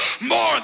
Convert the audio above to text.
more